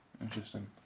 Interesting